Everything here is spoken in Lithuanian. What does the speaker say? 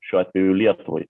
šiuo atveju lietuvai